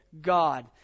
God